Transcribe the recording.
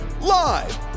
live